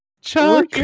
Chuck